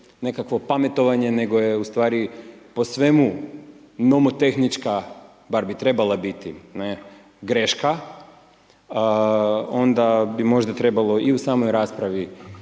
nekakvo pametovanje nego je u stvari po svemu nomotehnička bar bi trebala biti greška onda bi možda trebalo i u samoj raspravi